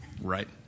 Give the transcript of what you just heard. Right